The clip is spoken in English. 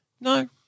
No